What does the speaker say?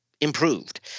improved